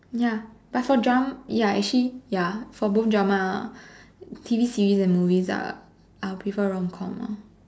ya but for dra ya actually ya for both drama T_V series and movies ah I would prefer rom com ah